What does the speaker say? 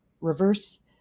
reverse